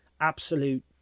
absolute